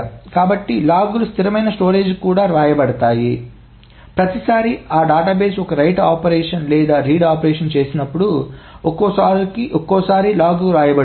కాబట్టి లాగ్లు స్థిరమైన స్టోరేజ్కి కూడా వ్రాయబడతాయి మరియు కాబట్టి ప్రతిసారీ ఆ డేటాబేస్ ఒక రైట్ ఆపరేషన్ లేదా రీడ్ ఆపరేషన్ చేసినప్పుడుఒక్కోసారి లాగ్కు వ్రాయబడుతుంది